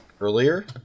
earlier